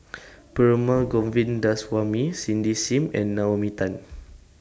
Perumal Govindaswamy Cindy SIM and Naomi Tan